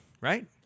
right